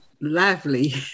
lively